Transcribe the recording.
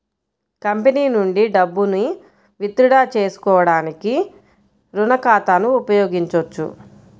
company నుండి డబ్బును withdraw చేసుకోవడానికి రుణ ఖాతాను ఉపయోగించొచ్చు